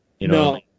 No